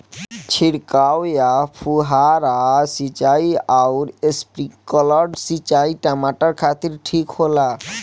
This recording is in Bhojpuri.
छिड़काव या फुहारा सिंचाई आउर स्प्रिंकलर सिंचाई टमाटर खातिर ठीक होला?